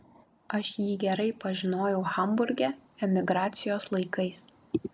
aš jį gerai pažinojau hamburge emigracijos laikais